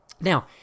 Now